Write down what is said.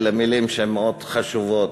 אלה מילים שהן מאוד חשובות